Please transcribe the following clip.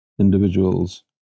individuals